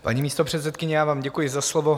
Paní místopředsedkyně, já vám děkuji za slovo.